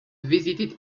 visited